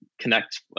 connect